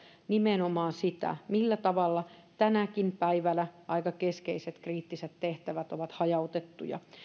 nimenomaan sitä millä tavalla tänäkin päivänä aika keskeiset kriittiset tehtävät ovat hajautettuja